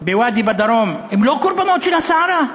בוואדי בדרום, הם לא קורבנות הסערה?